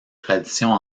traditions